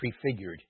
prefigured